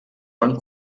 van